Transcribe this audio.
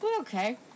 Okay